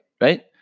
right